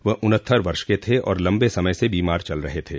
वह उन्हत्तर वर्ष के थे और लम्बे समय से बीमार थे